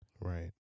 right